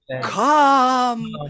Come